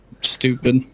stupid